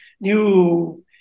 new